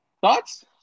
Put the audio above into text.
Thoughts